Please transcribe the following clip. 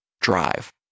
drive